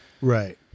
right